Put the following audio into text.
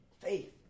Faith